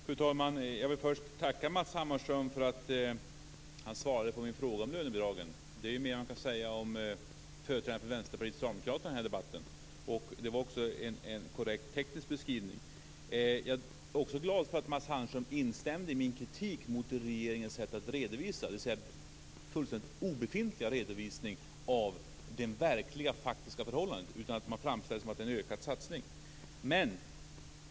Fru talman! Jag vill först tacka Matz Hammarström för att han svarade på min fråga om lönebidragen. Det är mer än vad man kan säga om företrädarna för Vänsterpartiet och Socialdemokraterna i den här debatten. Det var en korrekt teknisk beskrivning. Jag är också glad över att Matz Hammarström instämde i min kritik mot regeringens sätt att redovisa det faktiska förhållandet. Det var alltså en fullständigt obefintlig redovisning. Man framställde det som att det var en ökad satsning.